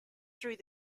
through